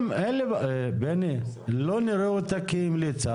--- לא נראה אותה כהמליצה,